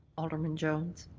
alderman jones.